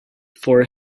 for